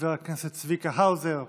חבר הכנסת צביקה האוזר.